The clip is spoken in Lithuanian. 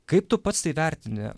kaip tu pats tai vertini